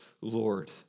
Lord